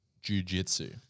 Jiu-Jitsu